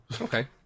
okay